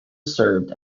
served